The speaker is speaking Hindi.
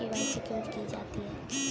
के.वाई.सी क्यों की जाती है?